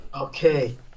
Okay